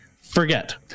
forget